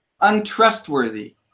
untrustworthy